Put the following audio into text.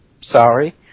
sorry